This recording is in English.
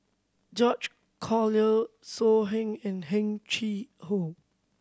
George Collyer So Heng and Heng Chee How